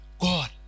God